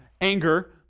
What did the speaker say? anger